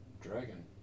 dragon